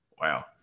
wow